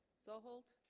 so hold